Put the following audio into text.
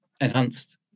enhanced